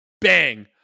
Bang